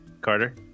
Carter